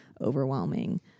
overwhelming